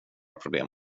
problem